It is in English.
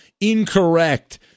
Incorrect